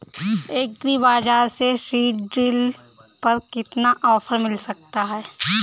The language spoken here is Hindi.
एग्री बाजार से सीडड्रिल पर कितना ऑफर मिल सकता है?